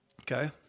Okay